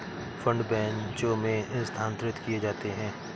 fund बैचों में स्थानांतरित किए जाते हैं